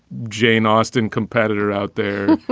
jane austen competitor out there,